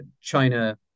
china